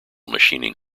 machining